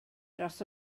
dros